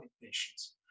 patients